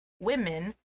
women